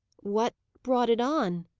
what brought it on?